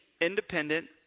independent